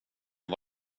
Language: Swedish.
att